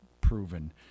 proven